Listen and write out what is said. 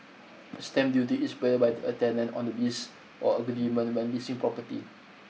stamp duty is payable by a tenant on the lease or agreement when leasing property